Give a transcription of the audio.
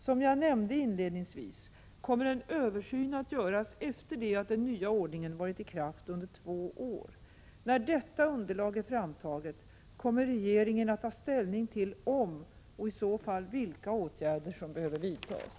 Som jag nämnde inledningsvis kommer en översyn att göras efter det att den nya ordningen varit i kraft under två år. När detta underlag är framtaget kommer regeringen att ta ställning till om och i så fall vilka åtgärder som behöver vidtas.